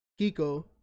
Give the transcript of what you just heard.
Kiko